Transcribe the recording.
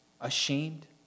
ashamed